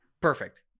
Perfect